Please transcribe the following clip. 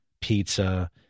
pizza